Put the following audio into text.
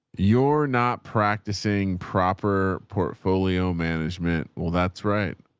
your not practicing proper portfolio management. well, that's right.